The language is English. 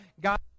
God